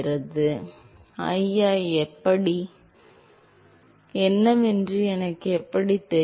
மாணவர் ஐயா எப்படி என்னவென்று எனக்கு எப்படித் தெரியும்